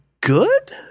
good